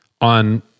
on